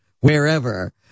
wherever